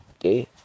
Okay